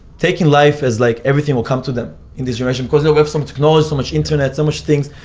taking life as like everything will come to them in this generation because we have some technologies, so much internet, so much things,